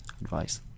advice